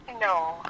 No